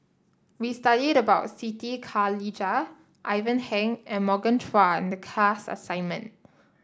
we studied about Siti Khalijah Ivan Heng and Morgan Chua in the class assignment